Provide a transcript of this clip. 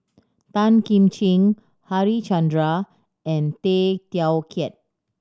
Tan Kim Ching Harichandra and Tay Teow Kiat